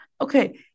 Okay